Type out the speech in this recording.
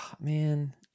Man